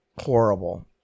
horrible